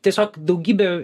tiesiog daugybė